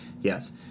yes